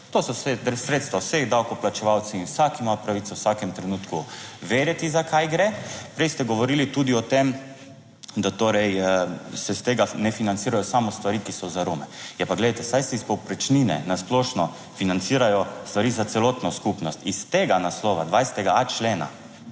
to so sredstva vseh davkoplačevalcev in vsak ima pravico v vsakem trenutku vedeti, za kaj gre. Prej ste govorili tudi o tem, da torej se iz tega ne financirajo samo stvari, ki so za Rome. Ja pa, glejte, saj se iz povprečnine na splošno financirajo stvari za celotno skupnost. Iz tega naslova 20.a člena